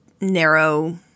narrow